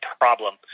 problem